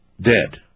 Dead